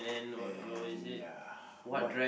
and ya what